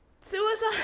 suicide